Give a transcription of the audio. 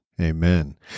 Amen